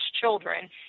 children